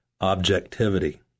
Objectivity